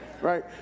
right